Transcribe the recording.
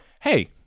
hey